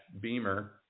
Beamer